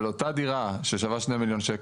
על אותה דירה שווה שני מיליון,